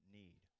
need